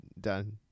done